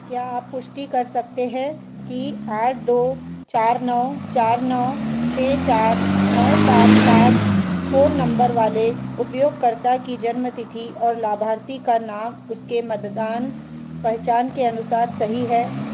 क्या आप पुष्टि कर सकते हैं कि आठ दो चार नौ चार नौ छः चार नौ सात पाँच फ़ोन नम्बर वाले उपयोगकर्ता की जन्म तिथि और लाभार्थी का नाम उसके मतदान पहचान के अनुसार सही है